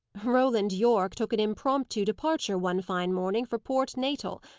roland yorke took an impromptu departure one fine morning, for port natal,